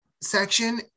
section